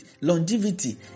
longevity